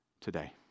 today